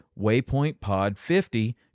waypointpod50